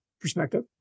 perspective